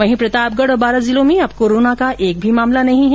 वहीं प्रतापगढ़ और बारां जिलों में अब कोरोना का एक भी मामला नहीं है